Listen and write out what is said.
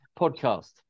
podcast